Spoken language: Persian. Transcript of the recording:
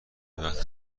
وقتی